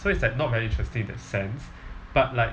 so it's like not very interesting in that sense but like